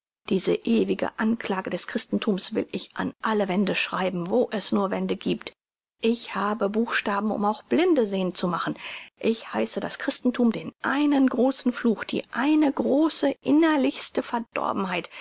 diese ewige anklage des christenthums will ich an alle wände schreiben wo es nur wände giebt ich habe buchstaben um auch blinde sehend zu machen ich heiße das christenthum den einen großen fluch die eine große innerlichste verdorbenheit